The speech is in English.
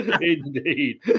indeed